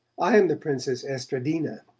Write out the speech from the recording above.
i am the princess estradina.